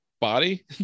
body